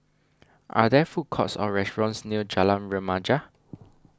are there food courts or restaurants near Jalan Remaja